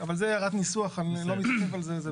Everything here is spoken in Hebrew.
זאת הערת ניסוח, אני לא מתעכב על זה.